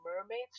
mermaids